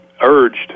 urged